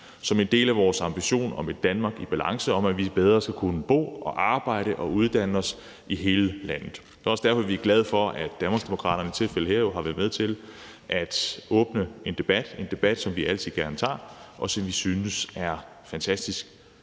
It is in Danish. som en del af vores ambition om et Danmark i balance – om, at vi bedre skal kunne bo og arbejde og uddanne os i hele landet. Det er også derfor, vi er glade for, at Danmarksdemokraterne har været med til, som i det her tilfælde, at åbne en debat, som vi altid gerne tager, og som vi synes er fantastisk